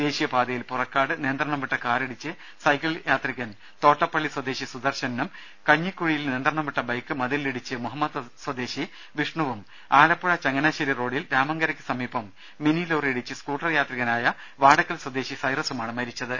ദേശീയപാതയിൽ പുറക്കാട് നിയന്ത്രണം വിട്ട കാറി ടിച്ച് സൈക്കിൾ യാത്രികൻ തോട്ടപ്പള്ളി സ്വദേശി സുദർശനനും കഞ്ഞിക്കുഴിയിൽ നിയന്ത്രണം വിട്ട ബൈക്ക് മതിലിലിടിച്ച് മുഹമ്മ സ്വദേശി വിഷ്ണുവും ആലപ്പുഴ ചങ്ങനാശേരി റോഡിൽ രാമങ്ക രക്ക് സമീപം മിനി ലോറിയിടിച്ച് സ്കൂട്ടർ യാത്രികനായ വാടയ്ക്കൽ സ്വദേശി സൈറസുമാണ് മരിച്ചത്